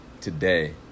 today